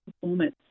performance